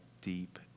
deep